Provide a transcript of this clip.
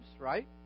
right